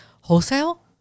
wholesale